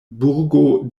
burgo